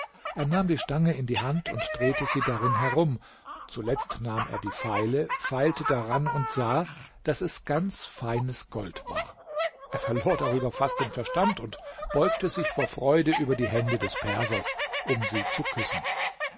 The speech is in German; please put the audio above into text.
er nahm die stange in die hand und drehte sie darin herum zuletzt nahm er die feile feilte daran und sah daß es ganz feines gold war er verlor darüber fast den verstand und beugte sich vor freude über die hände des persers um sie zu küssen